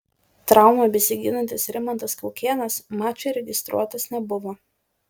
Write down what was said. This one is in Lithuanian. traumą besigydantis rimantas kaukėnas mačui registruotas nebuvo